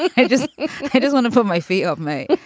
i just i just want to put my feet off me.